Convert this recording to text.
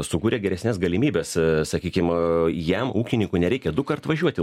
sukuria geresnes galimybes sakykim jam ūkininkui nereikia dukart važiuoti į